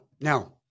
Now